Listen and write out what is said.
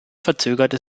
verzögerte